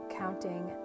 counting